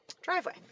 driveway